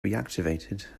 reactivated